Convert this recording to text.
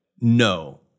no –